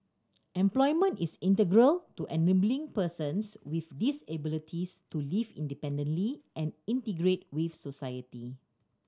employment is integral to enabling persons with disabilities to live independently and integrate with society